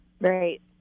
Right